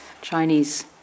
Chinese